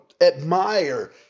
admire